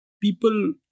people